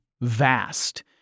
vast